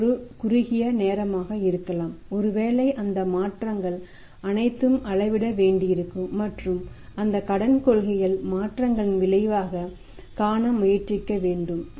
இது ஒரு குறுகிய நேரமாக இருக்கலாம் ஒருவேளை அந்த மாற்றங்கள் அனைத்தும் அளவிட வேண்டியிருக்கும் மற்றும் அந்த கடன் கொள்கைகள் மாற்றங்களின் விளைவைக் காண முயற்சிக்க வேண்டும்